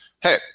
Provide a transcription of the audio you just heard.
hey